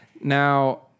Now